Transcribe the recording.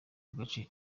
gace